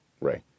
Ray